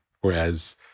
whereas